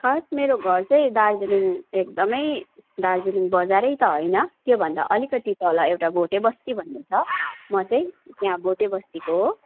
खास मेरो घर चाहिँ दार्जिलिङ एकदमै दार्जिलिङ बजारै त होइन त्योभन्दा अलिकति तल एउटा भोटेबस्ती भन्ने छ म चाहिँ त्यहाँ भोटेबस्तीको हो